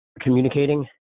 communicating